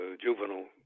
juvenile